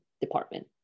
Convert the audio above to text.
department